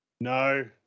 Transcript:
No